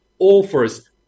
offers